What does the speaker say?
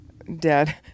Dad